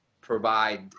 provide